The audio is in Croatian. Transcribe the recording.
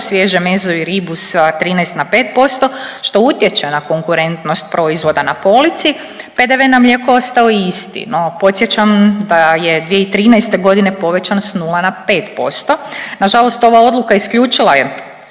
svježe meso i ribu sa 13 na 5% što utječe na konkurentnost proizvoda na polici. PDV-e na mlijeko je ostao isti. No podsjećam da je 2013. godine povećan sa 0 na 5%. Na žalost ova odluka isključila je